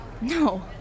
No